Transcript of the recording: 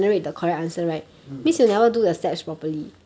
mm